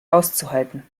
auszuhalten